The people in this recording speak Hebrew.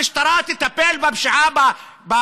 המצב ימשיך להיות ככה בתוך החברה שלנו.